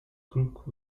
crook